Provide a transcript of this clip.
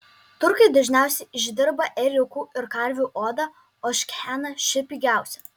turkai dažniausiai išdirba ėriukų ir karvių odą ožkeną ši pigiausia